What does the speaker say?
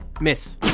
Miss